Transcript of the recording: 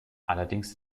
allerdings